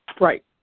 Right